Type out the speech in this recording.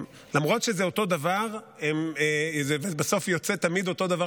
למרות שזה אותו דבר בסוף זה יוצא תמיד אותו דבר,